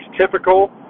typical